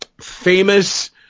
famous